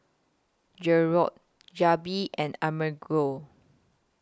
Jerrold and Amerigo